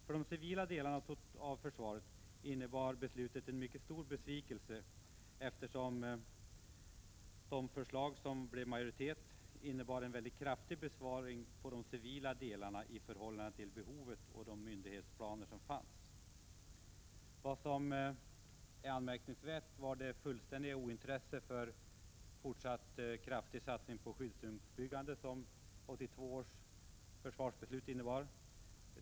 För de civila delarna av försvaret innebar beslutet en mycket stor besvikelse. Det förslag som fick majoritet innebar en mycket kraftig besparing på de civila delarna i förhållande till behoven och de myndighetsplaner som fanns. Anmärkningsvärt var det fullständiga ointresset för en fortsatt kraftig satsning på skyddsrumsbyggande, vilket 1982 års försvarsbeslut innebar.